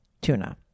Tuna